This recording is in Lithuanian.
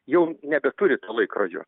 jau nebeturi to laikrodžio